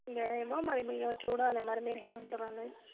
ఇంకా ఏమో మరి మీరు చూడాలి మరి మీరు ఏమి అంటారో అనేది